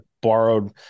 borrowed